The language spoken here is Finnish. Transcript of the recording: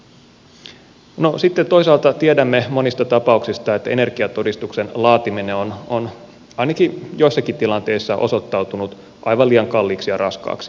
no sitten toisaalta tiedämme monista tapauksista että energiatodistuksen laatiminen on ainakin joissakin tilanteissa osoittautunut aivan liian kalliiksi ja raskaaksi